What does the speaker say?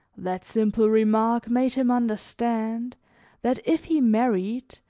that simple remark made him understand that if he married,